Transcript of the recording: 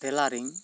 tailoring